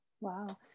Wow